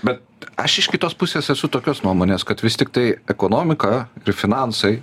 bet aš iš kitos pusės esu tokios nuomonės kad vis tiktai ekonomika ir finansai